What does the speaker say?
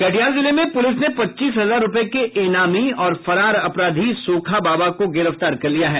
कटिहार जिले में पुलिस ने पच्चीस हजार रुपये के ईनामी और फरार अपराधी सोखा बाबा को गिरफ्तार कर लिया है